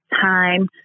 time